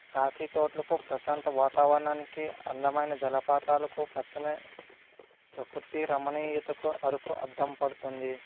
coffee తోటలకు ప్రశాంత వాతావరణానికి అందమైన జలపాతాలకు పచ్చని ప్రకృతి రమణీయతకు అరకు అద్దం పడుతుంది